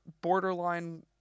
borderline